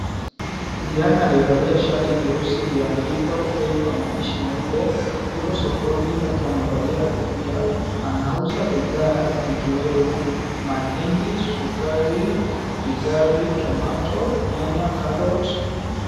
Kijana aliyevalia shati jeusi iliyoandikwa fred kwa maandishi meupe yuko sokoni akiwa amevalia kofia. Anauza bidhaa likiwemo mahindi, sukari, bizari, tomato , nyanya, carrot .